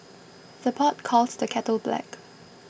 the pot calls the kettle black